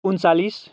उनन्चालीस